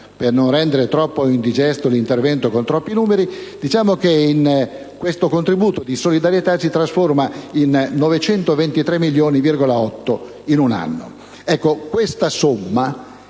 per non rendere troppo indigesto il mio intervento richiamando troppi numeri, diciamo che questo contributo di solidarietà si trasforma in 923,8 milioni in un anno.